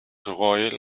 royal